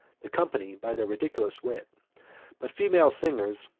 the company, by their ridiculous wit but female singers,